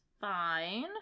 fine